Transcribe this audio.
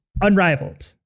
unrivaled